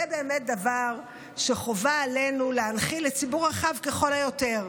זה באמת דבר שחובה עלינו להנחיל לציבור רחב ככל האפשר.